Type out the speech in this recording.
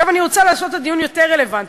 אני רוצה לעשות את הדיון יותר רלוונטי.